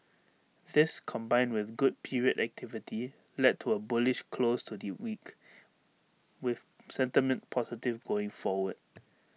this combined with good period activity led to A bullish close to the week with sentiment positive going forward